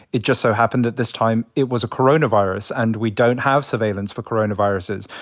it just so happened that this time, it was coronavirus. and we don't have surveillance for coronaviruses.